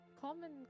common